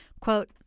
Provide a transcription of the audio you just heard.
quote